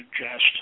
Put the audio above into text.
suggest